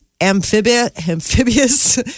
amphibious